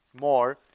more